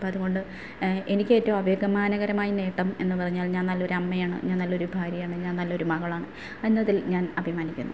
അപ്പം അതുകൊണ്ട് എനിക്കേറ്റവും അബിമാനകരമായ നേട്ടം എന്നു പറഞ്ഞാല് ഞാന് നല്ല ഒരു അമ്മയാണ് ഞാന് നല്ല ഒരു ഭാര്യയാണ് ഞാന് നല്ല ഒരു മകളാണ് എന്നതില് ഞാന് അഭിമാനിക്കുന്നു